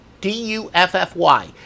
D-U-F-F-Y